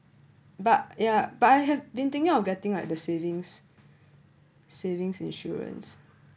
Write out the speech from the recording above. but ya but I have been thinking of getting like the same savings insurance